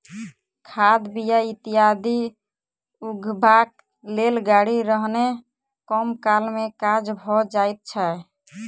खाद, बीया इत्यादि उघबाक लेल गाड़ी रहने कम काल मे काज भ जाइत छै